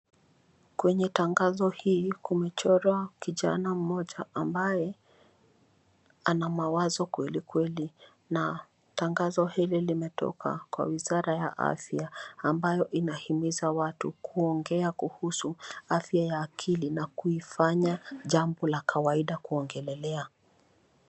Kwenye tangazo hii kumechorwa kijana mmoja ambaye ana mawazo kweli, kweli na tangazo hili limetoka kwa wizara ya afya ambayo inahimiza watu kuongea kuhusu afya ya akili na kulifanya jambo la kawaida kuongelea.